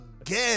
again